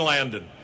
Landon